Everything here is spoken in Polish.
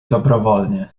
dobrowolnie